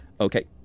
okay